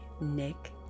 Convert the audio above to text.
Nick